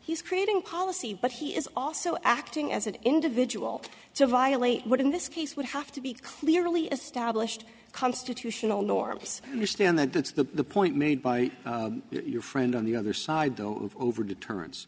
creating policy but he is also acting as an individual to violate what in this case would have to be clearly established constitutional norms understand that that's the point made by your friend on the other side though over deterren